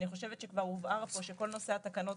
אני חושבת שכבר הובהר פה שכל נושא התקנות